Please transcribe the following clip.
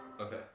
Okay